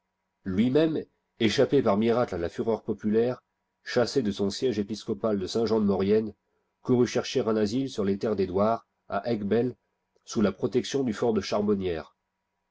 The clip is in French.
lui-môme échappé par miracle à la fureur populaire chassé de son siège épiscopal de saint jean dc maurienne courut chercher un asile sur les terres d'kdouard à aiguëbelle sous la protection du fort de charbonnières